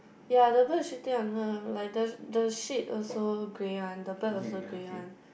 ya the bird shitting on her like the the shit also grey one the bird also grey one